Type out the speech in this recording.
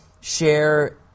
share